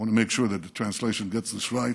I want to make sure that the translation gets this right,